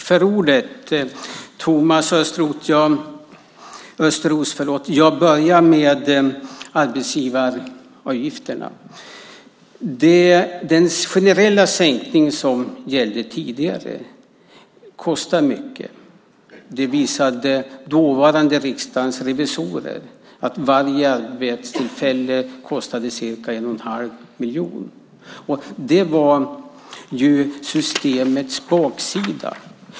Herr talman! Jag börjar med arbetsgivaravgifterna, Thomas Östros. Den generella sänkning som gällde tidigare kostar mycket. Det visade dåvarande Riksdagens revisorer; varje arbetstillfälle kostade ca 1 1⁄2 miljon. Det var systemets baksida.